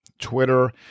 Twitter